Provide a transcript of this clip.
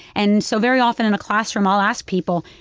and so very often in a classroom i'll ask people,